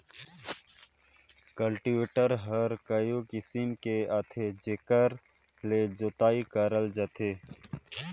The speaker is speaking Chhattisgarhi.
कल्टीवेटर हर कयो किसम के आथे जेकर ले जोतई करल जाथे